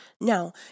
Now